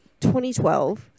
2012